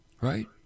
Right